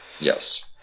Yes